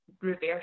reverse